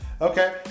Okay